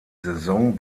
saison